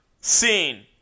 scene